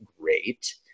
great